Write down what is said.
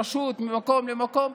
רשות ממקום למקום,